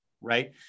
right